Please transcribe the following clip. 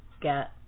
get